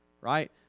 Right